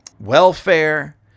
welfare